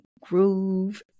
groove